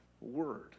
word